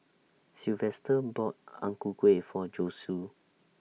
Sylvester bought Ang Ku Kueh For Josue